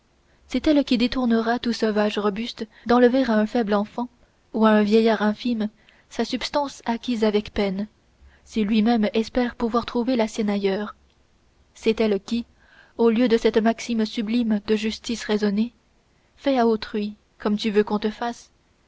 c'est elle qui détournera tout sauvage robuste d'enlever à un faible enfant ou à un vieillard infirme sa subsistance acquise avec peine si lui-même espère pouvoir trouver la sienne ailleurs c'est elle qui au lieu de cette maxime sublime de justice raisonnée fais à autrui comme tu veux qu'on te fasse